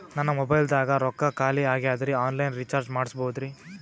ನನ್ನ ಮೊಬೈಲದಾಗ ರೊಕ್ಕ ಖಾಲಿ ಆಗ್ಯದ್ರಿ ಆನ್ ಲೈನ್ ರೀಚಾರ್ಜ್ ಮಾಡಸ್ಬೋದ್ರಿ?